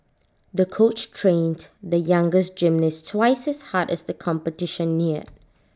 the coach trained the young girls gymnast twice as hard as the competition neared